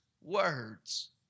words